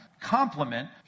complement